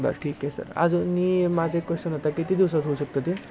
बरं ठीक आहे सर अजून मी माझं एक क्वेश्चन होता किती दिवसात होऊ शकतं ते